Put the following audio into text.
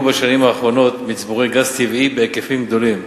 בשנים האחרונות מצבורי גז טבעי בהיקפים גדולים,